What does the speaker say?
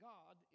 God